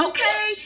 Okay